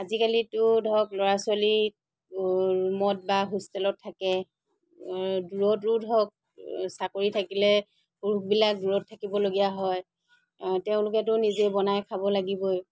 আজিকালিতো ধৰক ল'ৰা ছোৱালী ৰুমত বা হোষ্টেলত থাকে দূৰৈত দূৰৈত হওক চাকৰি থাকিলে পুৰুষবিলাক দূৰত থাকিবলগীয়া হয় তেওঁলোকেতো নিজে বনাই খাব লাগিবই